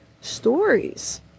stories